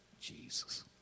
Jesus